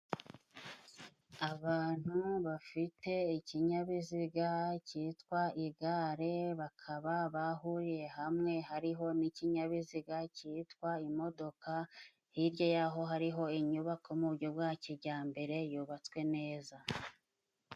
Abantu bafite ikinyabiziga cyitwa igare bakaba bahuriye hamwe, hariho n'ikinyabiziga cyitwa imodoka, hirya y'aho hariho inyubako mu buryo bwa kijyambere yubatswe neza.